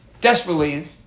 desperately